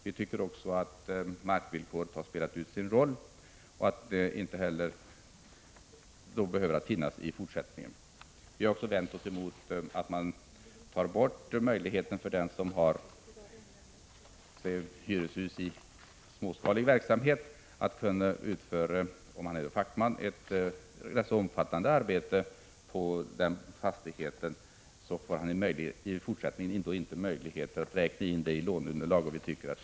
Vidare tycker vi att markvillkoret har spelat ut sin roll och inte behöver finnas i fortsättningen. Vi har även vänt oss emot att man tar bort möjligheten för den som har hyreshus i småskalig verksamhet att, om han är fackman, utföra ett rätt omfattande arbete på fastigheten. Man får inte i fortsättningen möjlighet att räkna in detta i låneunderlaget.